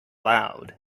loud